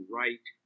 right